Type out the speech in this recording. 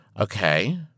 Okay